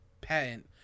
patent